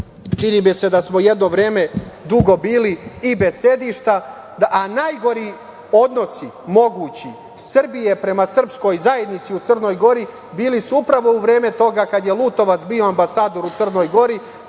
čini mi se da smo jedno vreme dugo bili i bez sedišta, a najgori odnosi mogući Srbije prema srpskoj zajednici u Crnoj Gori bili su upravo u vreme toga, kada je Lutovac bio ambasador u Crnoj Gori,